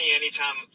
anytime